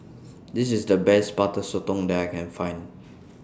This IS The Best Butter Sotong that I Can Find